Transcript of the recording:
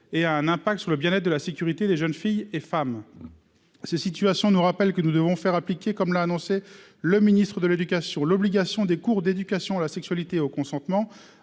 et a un impact sur le bien-être de la sécurité des jeunes filles et femmes. Ces situations nous rappelle que nous devons faire appliquer, comme l'a annoncé le ministre de l'éducation, l'obligation des cours d'éducation à la sexualité au consentement